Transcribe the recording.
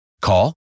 Call